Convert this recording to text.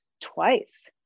twice